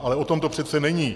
Ale o tom to přece není.